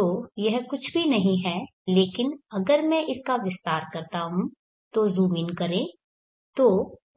तो यह कुछ भी नहीं है लेकिन अगर मैं इसका विस्तार करता हूं तो ज़ूम इन करें तो